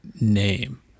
name